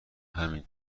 همین